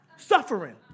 Suffering